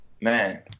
Man